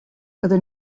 byddwn